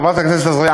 חברת הכנסת עזריה,